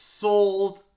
sold